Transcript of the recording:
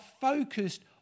focused